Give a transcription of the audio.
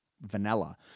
vanilla